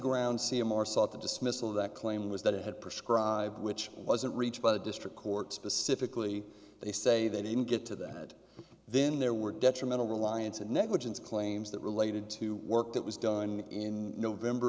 ground see a more sought the dismissal of that claim was that it had prescribed which wasn't reached by the district court specifically they say they didn't get to that then there were detrimental reliance and negligence claims that related to work that was done in november